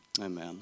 Amen